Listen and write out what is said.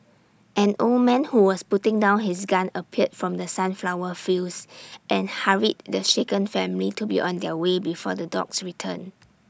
an old man who was putting down his gun appeared from the sunflower fields and hurried the shaken family to be on their way before the dogs return